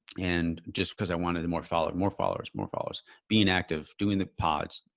and just cause i wanted more followers, more followers, more followers being active, doing the pods,